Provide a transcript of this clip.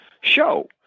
show